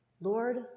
Lord